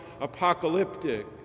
apocalyptic